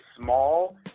small